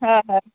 हां हां